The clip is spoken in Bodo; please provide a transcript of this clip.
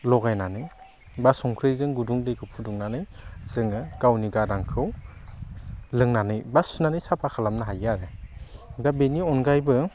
लगायनानै बा संख्रैजों गुदु दैखौ फुदुंनानै जोङो गावनि गारांखौ लोंनानै बा सुनानै साफा खालामानो हायो आरो बा बिनि अनगायैबो